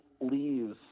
leaves